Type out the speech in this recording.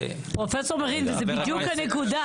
פרופ' מרין, זו בדיוק הנקודה.